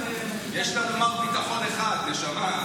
יש לנו מר ביטחון אחד, נשמה.